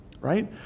right